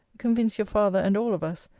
convince your father, and all of us,